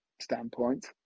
standpoint